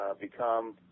become